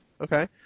Okay